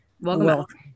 welcome